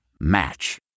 Match